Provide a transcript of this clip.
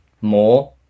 more